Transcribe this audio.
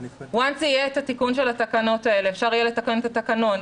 מרגע שיהיה את תיקון התקנות האלה אפשר יהיה לתקן את התקנון,